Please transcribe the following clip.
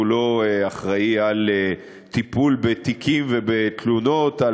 הוא לא אחראי לטיפול בתיקים ובתלונות על